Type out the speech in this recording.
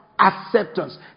acceptance